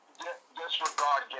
disregard